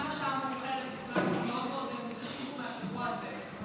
גם השעה מאוחרת וגם אנחנו מאוד מאוד מותשים מהשבוע הזה.